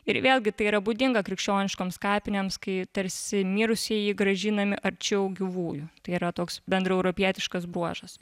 ir vėlgi tai yra būdinga krikščioniškoms kapinės kai tarsi mirusieji grąžinami arčiau gyvųjų tai yra toks bendraeuropietiškas bruožas